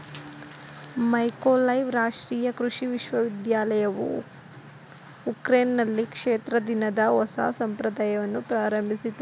Mykolaiv ರಾಷ್ಟ್ರೀಯ ಕೃಷಿ ವಿಶ್ವವಿದ್ಯಾಲಯವು ಉಕ್ರೇನ್ನಲ್ಲಿ ಕ್ಷೇತ್ರ ದಿನದ ಹೊಸ ಸಂಪ್ರದಾಯವನ್ನು ಪ್ರಾರಂಭಿಸಿತು